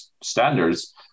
standards